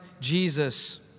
Jesus